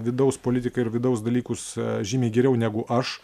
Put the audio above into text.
vidaus politiką ir vidaus dalykus žymiai geriau negu aš